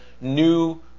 new